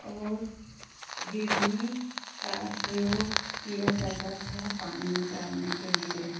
और गिरनी का प्रयोग किया जाता था पानी निकालने के लिए